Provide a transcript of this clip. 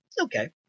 Okay